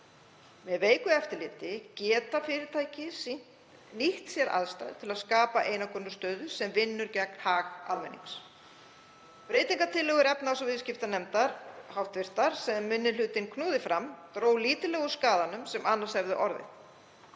Með veiku eftirliti geta fyrirtæki nýtt sér aðstæður til að skapa einokunarstöðu sem vinnur gegn hag almennings. Breytingartillögur hv. efnahags- og viðskiptanefndar, sem minni hlutinn knúði fram, drógu lítillega úr skaðanum sem annars hefði orðið